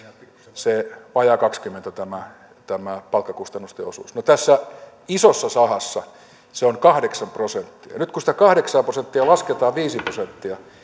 vajaat kaksikymmentä on tämä palkkakustannusten osuus no tässä isossa sahassa se on kahdeksan prosenttia nyt kun sitä kahdeksaa prosenttia lasketaan viisi prosenttia